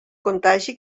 contagi